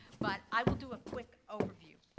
but i will do a quick overview.